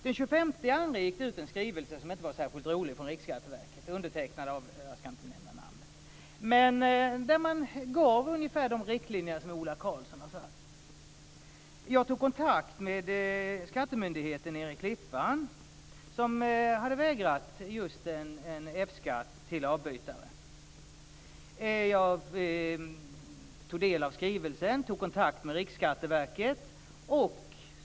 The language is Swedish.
Den 25 februari gick det ut en skrivelse som inte var särskilt rolig från Riksskatteverket. Den var undertecknad av - jag skall inte nämna namnet. Där gav man ungefär de riktlinjer som Ola Karlsson har nämnt. Jag tog kontakt med skattemyndigheten i Klippan som hade vägrat avbytare F-skatt. Jag tog del av skrivelsen. Jag tog kontakt med Riksskatteverket.